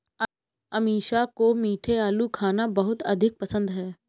अमीषा को मीठे आलू खाना बहुत अधिक पसंद है